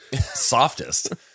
softest